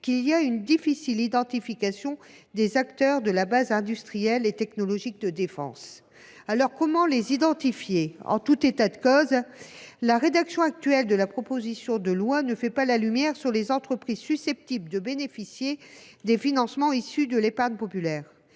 blanc de la défense, l’identification des acteurs de la base industrielle et technologique de défense reste difficile. En tout état de cause, la rédaction actuelle de la proposition de loi ne permet pas de faire la lumière sur les entreprises susceptibles de bénéficier des financements issus de l’épargne populaire.